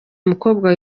mukobwa